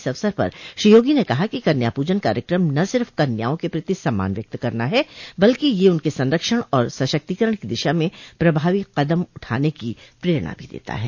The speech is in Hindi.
इस अवसर पर श्री योगी ने कहा कि कन्या प्रजन कार्यकम न सिफ कन्याओं के प्रति सम्मान व्यक्त करना है बल्कि यह उनके संरक्षण और सशक्तिकरण की दिशा में प्रभावी कदम उठाने की प्रेरणा भी देता है